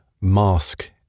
mask